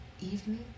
evening